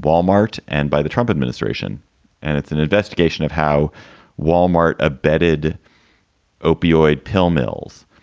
wal-mart and by the trump administration and it's an investigation of how wal-mart abetted opioid pill mills.